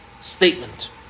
statement